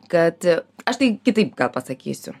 kad aš tai kitaip gal pasakysiu